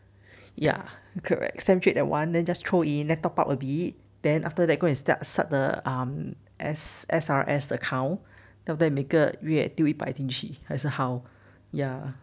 ya correct sell trade that one then just throw in then top up a bit then after that go and start start the um S_R_S the account then after that 每个丢一百进去还是 how ya